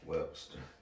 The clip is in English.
Webster